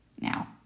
Now